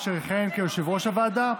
אשר יכהן כיושב-ראש הוועדה,